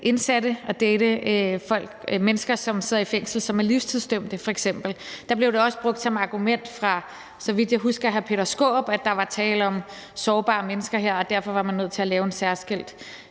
indsatte, at date mennesker, som sidder i fængsel, som f.eks. er livstidsdømte. Der blev det også brugt som argument, så vidt jeg husker, fra hr. Peter Skaarup, at der her var tale om sårbare mennesker, og at man derfor var nødt til at lave en særskilt